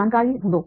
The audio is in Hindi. जानकारी ढूढ़ो